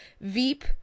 Veep